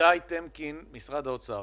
איתי טמקין, משרד האוצר.